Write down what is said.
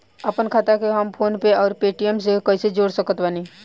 आपनखाता के हम फोनपे आउर पेटीएम से कैसे जोड़ सकत बानी?